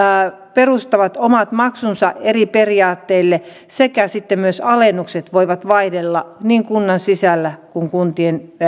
perustavat omat maksunsa eri periaatteille sekä sitten myös alennukset voivat vaihdella niin kunnan sisällä kuin kuntien